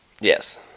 Yes